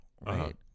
right